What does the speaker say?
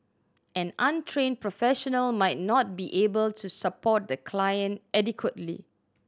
an untrained professional might not be able to support the client adequately